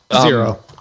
Zero